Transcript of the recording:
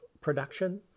production